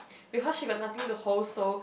because she got nothing to hold so